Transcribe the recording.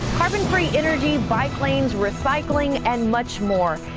carbon-free energy bike lanes recycling and much more.